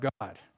God